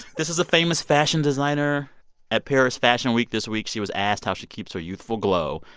this is a famous fashion designer at paris fashion week. this week, she was asked how she keeps her youthful glow,